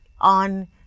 on